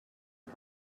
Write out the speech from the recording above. are